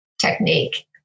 technique